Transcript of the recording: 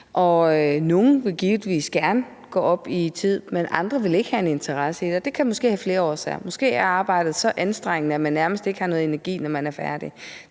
givetvis gerne gå op i tid, men andre vil ikke have en interesse i det. Det kan have flere årsager. Måske er arbejdet så anstrengende, at man nærmest ikke har noget energi, når man er færdig.